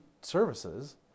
services